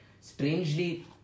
strangely